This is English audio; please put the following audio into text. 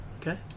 Okay